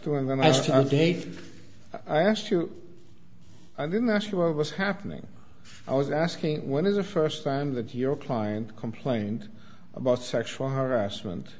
to and then i studied i asked you i didn't ask you what was happening i was asking when is the first time that your client complained about sexual harassment